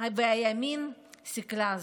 והימין סיכלה זאת.